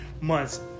months